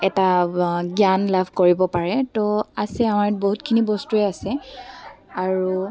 এটা জ্ঞান লাভ কৰিব পাৰে তো আছে আমাৰ ইয়াত বহুতখিনি বস্তুৱেই আছে আৰু